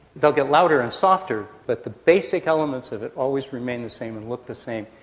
they'll get louder and softer but the basic elements of it always remain the same and look the same.